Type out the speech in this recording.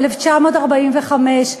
1945,